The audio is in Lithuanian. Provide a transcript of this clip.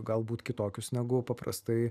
galbūt kitokius negu paprastai